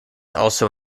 also